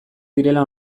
direla